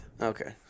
Okay